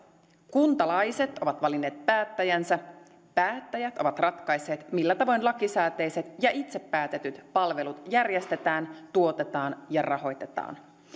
kuntalaiset ovat valinneet päättäjänsä päättäjät ovat ratkaisseet millä tavoin lakisääteiset ja itse päätetyt palvelut järjestetään tuotetaan ja rahoitetaan